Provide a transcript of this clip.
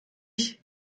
ich